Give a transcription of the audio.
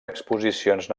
exposicions